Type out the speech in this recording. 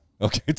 Okay